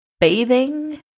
bathing